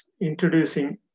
introducing